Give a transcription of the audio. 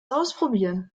ausprobieren